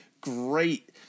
great